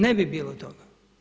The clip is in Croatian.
Ne bi bilo toga.